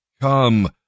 Come